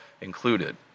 included